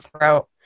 throat